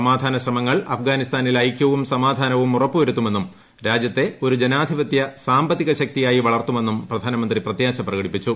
സമാധാന ശ്രമങ്ങൾ അഫ്ഗാനിസ്ഥാനിൽ ഐക്യവും സമാധാനവും ഉറപ്പു വരുത്തുമെന്നും രാജ്യത്തെ ഒരു ജനാധിപത്യ സാമ്പത്തിക ശക്തിയായി വളർത്തുമെന്നും പ്രധാനമന്ത്രി പ്രത്യാശ പ്രകടിപ്പിച്ചു